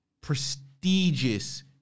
prestigious